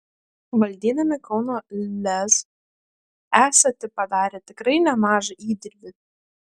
valdydami kauno lez esate padarę tikrai nemažą įdirbį